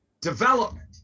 Development